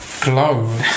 glow